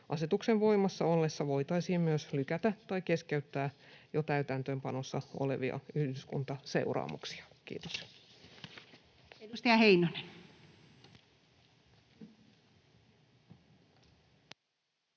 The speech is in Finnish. Asetuksen voimassa ollessa voitaisiin myös lykätä tai keskeyttää jo täytäntöönpanossa olevia yhdyskuntaseuraamuksia. — Kiitos. [Speech 3]